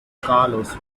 carlos